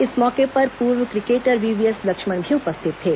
इस मौके पर पूर्व क्रिकेटर वी वीएस लक्ष्मण भी उपस्थित थे